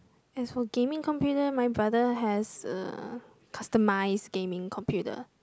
as for gaming computer my brother has customised gaming computer